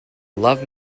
love